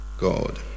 God